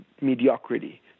mediocrity